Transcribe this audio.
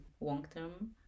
long-term